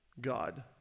God